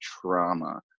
trauma